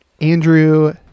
Andrew